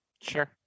Sure